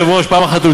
יש הבדל עצום.